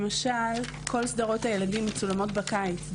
למשל כל סדרות הילדים מצולמות בקיץ,